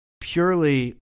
purely